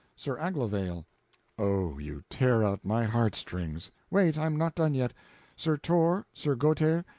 sir aglovale oh, you tear out my heartstrings. wait, i'm not done yet sir tor, sir gauter,